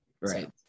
Right